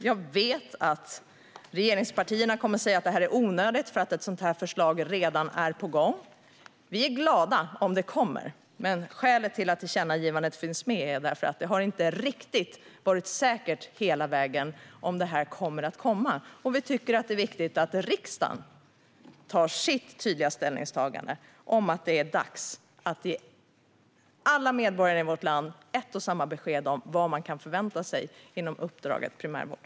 Jag vet att regeringspartierna kommer att säga att det är onödigt eftersom ett sådant förslag redan är på gång. Vi är glada om det kommer, men skälet till att tillkännagivandet finns med är att det inte har varit riktigt säkert hela vägen om förslaget kommer att komma, och vi tycker att det är viktigt att riksdagen gör ett tydligt ställningstagande: att det är dags att ge alla medborgare i vårt land ett och samma besked om vad de kan förvänta sig inom uppdraget primärvård.